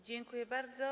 Dziękuję bardzo.